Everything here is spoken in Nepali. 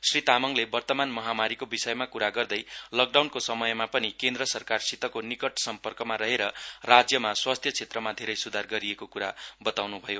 श्री तामाङले वतर्मान महामारीको विषयमा कुरा गर्दै लकडाउनको समयमा पनि केन्द्र सरकारसितको निकट सर्म्पकमा रहेर राज्यमा स्वास्थ्य क्षेत्रमा धेरै सुधार गरेको क्रा बताउन् भयो